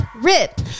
Rip